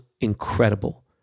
incredible